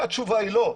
התשובה היא לא.